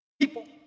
people